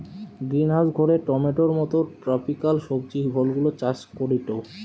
greenhouse ঘরে টমেটোর মত ট্রপিকাল সবজি ফলগুলা চাষ করিটু